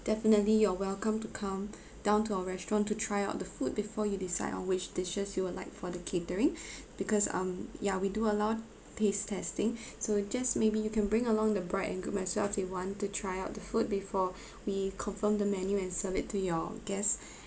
definitely you're welcome to come down to our restaurant to try out the food before you decide on which dishes you would like for the catering because um ya we do allow taste testing so just maybe you can bring along the bride and groom as well if they want to try out the food before we confirm the menu and serve it to your guests